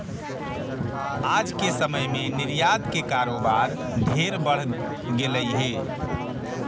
आज के समय में निर्यात के कारोबार ढेर बढ़ गेलई हे